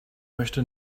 möchte